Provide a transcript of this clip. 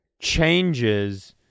changes